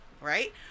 Right